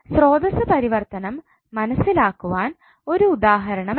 സ്രോതസ്സ് പരിവർത്തനം മനസ്സിലാക്കുവാൻ ഒരു ഉദാഹരണമെടുക്കാം